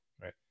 right